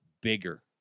bigger